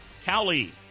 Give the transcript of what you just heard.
Cowley